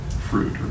fruit